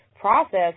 process